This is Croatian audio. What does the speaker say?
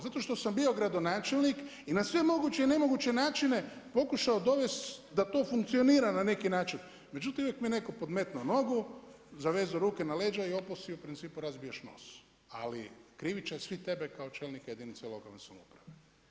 Zato što sam bio gradonačelnik i na sve moguće i nemoguće načine pokušao dovesti da to funkcionira na neki način, međutim uvijek mi je neko podmetnuo nogu, zavezao ruke na leđa i opal si u principu razbiješ nos, ali kriv će svi tebe kao čelnika lokalne jedinica lokalne samouprave.